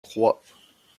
trois